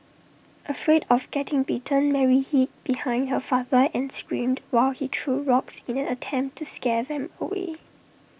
afraid of getting bitten Mary hid behind her father and screamed while he threw rocks in an attempt to scare them away